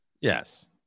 Yes